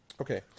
Okay